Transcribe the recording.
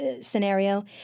scenario